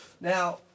Now